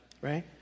right